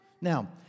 Now